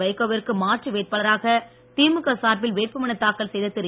வைகோவிற்கு மாற்று வேட்பாளராக திமுக சார்பில் வேட்புமனு தாக்கல் செய்த திரு